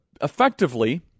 effectively